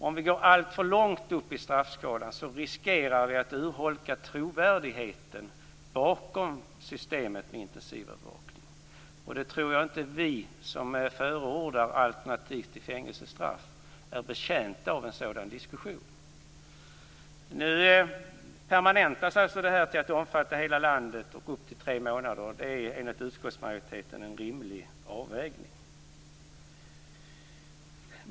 Om vi går alltför långt upp i straffskalan riskerar vi att urholka trovärdigheten bakom systemet med intensivövervakning. Jag tror inte att vi som förordar alternativ till fängelsestraff är betjänta av en sådan diskussion. Nu permanentas det här till att omfatta hela landet och upp till tre månader, och det är enligt utskottsmajoriteten en rimlig avvägning.